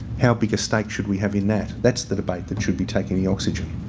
how big a stake should we have in that? that's the debate that should be taking the oxygen.